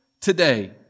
today